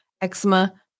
eczema